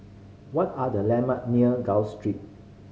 what are the landmark near Gul Street